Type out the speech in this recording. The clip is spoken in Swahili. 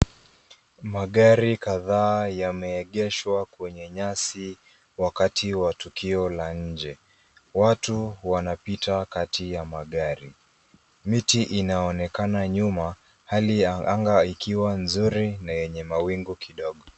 Magari kadhaa yameegeshwa kwenye nyasi, wakati wa tukio la nje. Watu wanapita kati ya magari. Miti inaonekana nyuma, hali ya anga ikiwa nzuri na yenye mawingu kidogo.